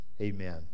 amen